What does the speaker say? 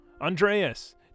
Andreas